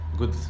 Good